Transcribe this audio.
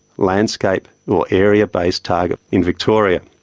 landscape or area-based target, in victoria.